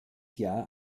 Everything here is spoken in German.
jahr